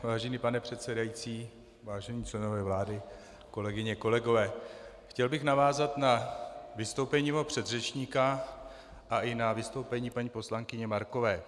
Vážený pane předsedající, vážení členové vlády, kolegyně, kolegové, chtěl bych navázat na vystoupení mého předřečníka a i na vystoupení paní poslankyně Markové.